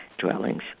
dwellings